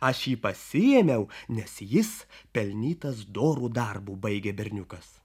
aš jį pasiėmiau nes jis pelnytas doru darbu baigė berniukas